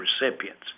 recipients